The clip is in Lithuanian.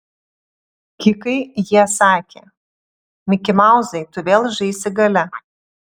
kikai jie sakė mikimauzai tu vėl žaisi gale